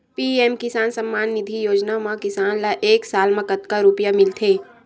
PM Kisan Samman Nidhi Yojana म किसान ल एक साल म कतेक रुपिया मिलथे?